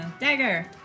dagger